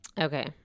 Okay